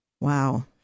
Wow